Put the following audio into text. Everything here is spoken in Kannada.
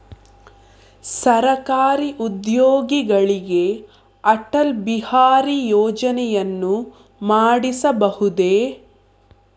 ಸರಕಾರಿ ಉದ್ಯೋಗಿಗಳಿಗೆ ಅಟಲ್ ಬಿಹಾರಿ ಯೋಜನೆಯನ್ನು ಮಾಡಿಸಬಹುದೇ?